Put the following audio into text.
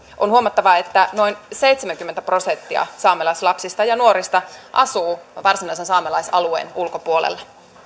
on huomattava että noin seitsemänkymmentä prosenttia saamelaislapsista ja nuorista asuu varsinaisen saamelaisalueen ulkopuolella